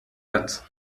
satz